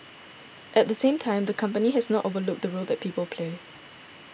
at the same time the company has not overlooked the role that people play